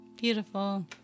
Beautiful